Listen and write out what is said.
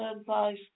advice